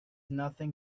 nothing